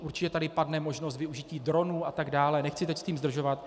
Určitě tady padne možnost využití dronů atd., nechci teď s tím zdržovat.